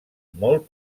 molt